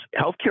Healthcare